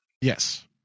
Yes